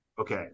Okay